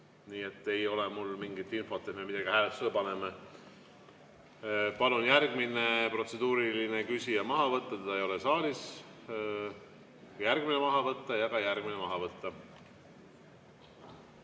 Nii et mul ei ole mingit infot, et me midagi hääletusele paneme. Palun järgmine protseduurilise küsimuse küsija maha võtta, teda ei ole saalis, ja järgmine maha võtta ja ka järgmine maha võtta.